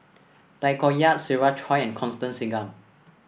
Tay Koh Yat Siva Choy and Constance Singam